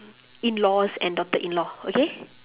in-laws and daughter-in-law okay